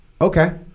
Okay